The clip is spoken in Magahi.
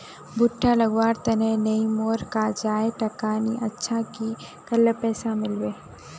भुट्टा लगवार तने नई मोर काजाए टका नि अच्छा की करले पैसा मिलबे?